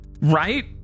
right